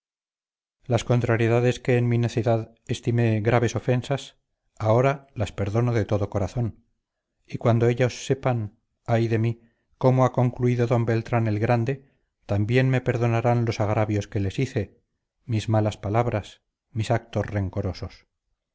las contrariedades que en mi necedad estimé graves ofensas ahora las perdono de todo corazón y cuando ellos sepan ay de mí cómo ha concluido d beltránel grande también me perdonarán los agravios que les hice mis malas palabras mis actos rencorosos